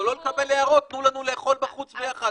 אבל לא לקבל הערות: תנו לנו לאכול בחוץ ביחד.